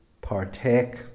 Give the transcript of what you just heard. partake